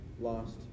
lost